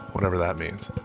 whatever that means.